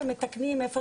ומתקנים במקום